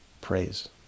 praise